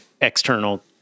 external